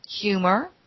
humor